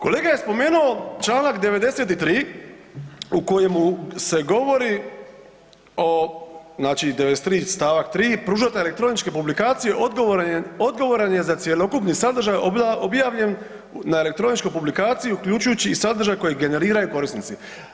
Kolega je spomenuo čl. 93. u kojemu se govori o, znači, 93. stavak 3. pružatelj elektroničke publikacije odgovaran za cjelokupni sadržaj objavljen na elektroničkoj publikaciji uključujući i sadržaj koji generiraju i korisnici.